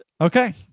Okay